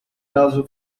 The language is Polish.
razu